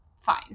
fine